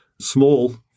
small